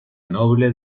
noble